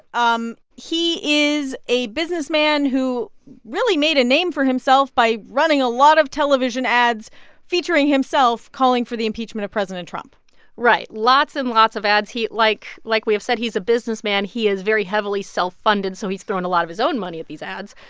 um he is a businessman who really made a name for himself by running a lot of television ads featuring himself, calling for the impeachment of president trump right, lots and lots of ads. he like like we have said, he's a businessman. he is very heavily self-funded, so he's thrown a lot of his own money at these ads.